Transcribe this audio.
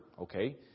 okay